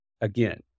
again